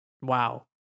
wow